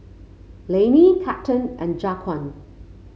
Lainey Captain and Jaquan